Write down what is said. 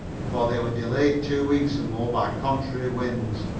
for they were delayed two weeks or more by contrary winds,